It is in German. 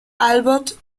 albert